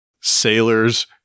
sailors